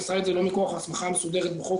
הוא עשה את זה לא מכוח ההסמכה המסודרת בחוק,